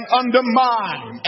undermine